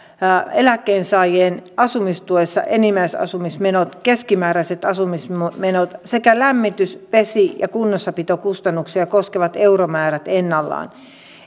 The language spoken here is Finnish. eläkkeensaajien asumistuessa enimmäisasumismenot keskimääräiset asumismenot sekä lämmitys vesi ja kunnossapitokustannuksia koskevat euromäärät ennallaan